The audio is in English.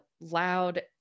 loud